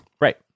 Right